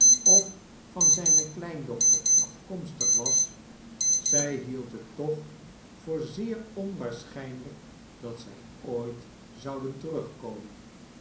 of van zijne kleindochter afkomstig was zij hield het toch voor zeer onwaarschijnlijk dat zij ooit zouden terugkomen